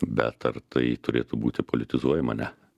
bet ar tai turėtų būti politizuojama ne